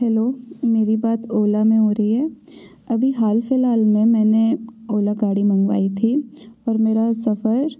hello मेरी बात ओला में हो रही है अभी हाल फ़िलहाल में मैंने ओला गाड़ी मँगवाई थी और मेरा सफ़र